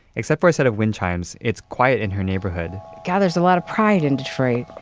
except for a set of wind chimes, it's quiet in her neighborhood god, there's a lot of pride in detroit.